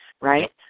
right